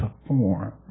perform